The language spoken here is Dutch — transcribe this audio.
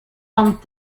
van